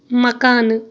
مکانہٕ